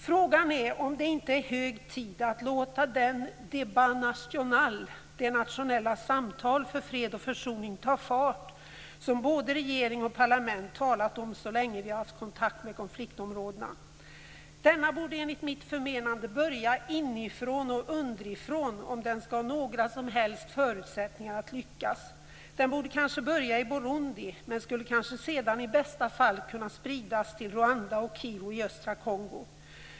Frågan är om det inte är hög tid att låta den débat national, det nationella samtal för fred och försoning, ta fart, som både regering och parlament talat om så länge vi haft kontakt med konfliktområdena. Denna borde, enligt mitt förmenande, börja inifrån och underifrån, om den skall ha några som helst förutsättningar att lyckas. Den borde kanske börja i Burundi men skulle kanske sedan i bästa fall kunna spridas till Rwanda och Kivu i östra Kongo.